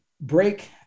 break